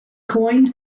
coined